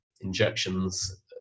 injections